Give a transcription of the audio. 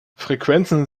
frequenzen